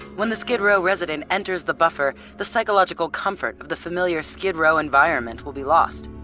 when the skid row resident enters the buffer, the psychological comfort of the familiar skid row environment will be lost.